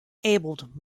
enabled